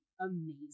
amazing